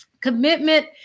commitment